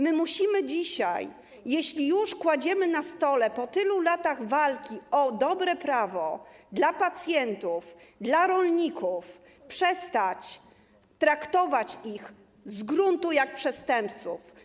Musimy dzisiaj, jeśli już kładziemy to na stole po tylu latach walki o dobre prawo dla pacjentów, dla rolników, przestać traktować ich z góry jak przestępców.